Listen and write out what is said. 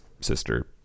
sister